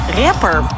rapper